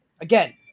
again